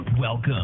Welcome